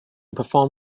forum